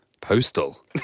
Postal